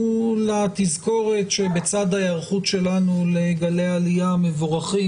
לתזכורת שבצד ההיערכות שלנו לגלי העלייה המבורכים,